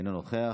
אינו נוכח.